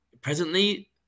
presently